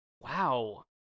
Wow